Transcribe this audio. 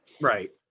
Right